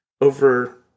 over